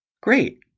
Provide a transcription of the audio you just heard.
Great